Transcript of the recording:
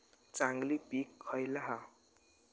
चांगली पीक खयला हा?